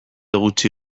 gutxi